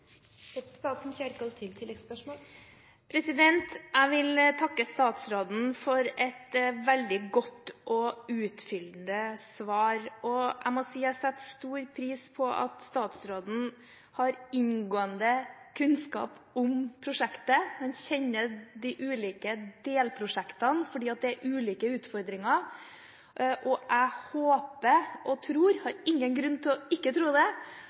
Jeg vil takke statsråden for et veldig godt og utfyllende svar. Jeg må si at jeg setter stor pris på at statsråden har inngående kunnskap om prosjektet, og at han kjenner de ulike delprosjektene, for det er ulike utfordringer. Jeg håper og tror – jeg har ingen grunn til ikke å tro det